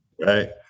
Right